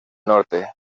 norte